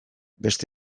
beste